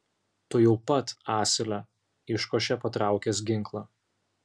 tuojau pat asile iškošė patraukęs ginklą